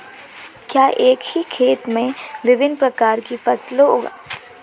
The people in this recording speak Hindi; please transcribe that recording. क्या एक ही खेत में विभिन्न प्रकार की फसलें उगाना अच्छा है?